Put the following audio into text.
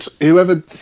whoever